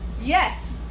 Yes